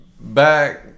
back